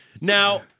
Now